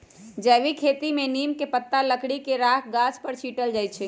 जैविक खेती में नीम के पत्ता, लकड़ी के राख गाछ पर छिट्ल जाइ छै